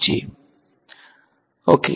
વિદ્યાર્થી સમીકરણ